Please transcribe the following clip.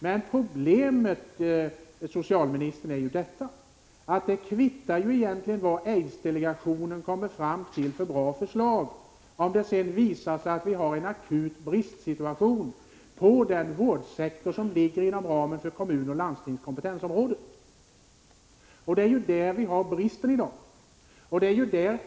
Men problemet, socialministern, är ju att det egentligen kvittar vad aidsdelegationen kommer fram till för bra förslag om det sedan visar sig att vi har en akut bristsituation i den vårdsektor som finns inom ramen för kommuners och landstings kompetensområde. Det är där vi har bristen i dag.